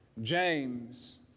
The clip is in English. James